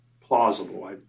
plausible